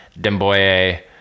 Demboye